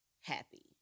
happy